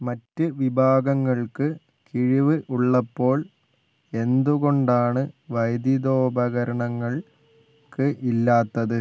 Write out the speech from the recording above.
മറ്റ് വിഭാഗങ്ങൾക്ക് കിഴിവ് ഉള്ളപ്പോൾ എന്തുകൊണ്ടാണ് വൈദ്യുതോപകരണങ്ങൾക്ക് ഇല്ലാത്തത്